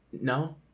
No